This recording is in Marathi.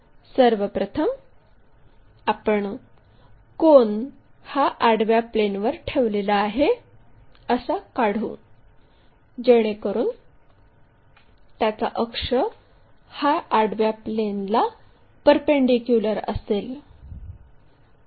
सर्व प्रथम आपण कोन हा आडव्या प्लेनवर ठेवलेला आहे असा काढू जेणेकरून त्याचा अक्ष हा आडव्या प्लेनला परपेंडीक्युलर असेल